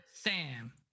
sam